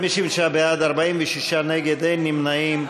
בעד, 46 נגד ואין נמנעים.